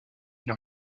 une